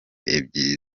ebyiri